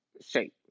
shape